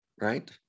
right